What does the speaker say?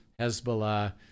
Hezbollah